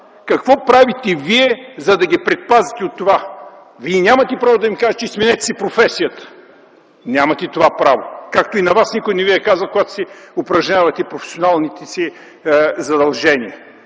какво правите вие, за да предпазите младите момичета там от това. Вие нямате право да им кажете: сменете си професията. Нямате това право, както и на вас никой не ви е казал, когато упражнявате професионалните си задължения.